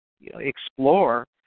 explore